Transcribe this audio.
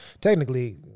technically –